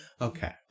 Okay